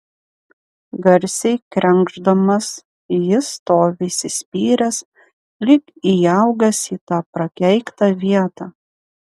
garsiai krenkšdamas jis stovi įsispyręs lyg įaugęs į tą prakeiktą vietą